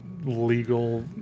legal